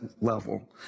level